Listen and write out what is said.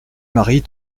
maris